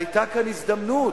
והיתה כאן הזדמנות.